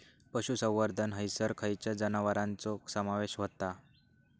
पशुसंवर्धन हैसर खैयच्या जनावरांचो समावेश व्हता?